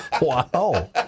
Wow